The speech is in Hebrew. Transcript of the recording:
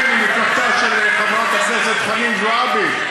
כן, ממפלגתה של חברת הכנסת חנין זועבי.